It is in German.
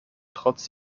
trotz